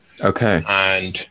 Okay